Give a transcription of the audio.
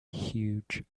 huge